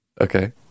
Okay